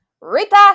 Rita